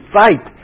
fight